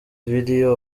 video